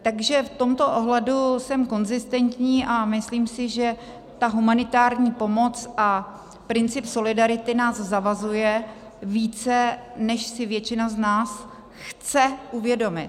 Takže v tomto ohledu jsem konzistentní a myslím si, že ta humanitární pomoc a princip solidarity nás zavazuje více, než si většina z nás chce uvědomit.